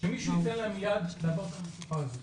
שמישהו ייתן להם יד לעבור את המשוכה הזאת.